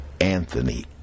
Anthony